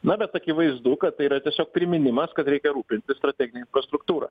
na bet akivaizdu kad tai yra tiesiog priminimas kad reikia rūpintis strategine infrastruktūra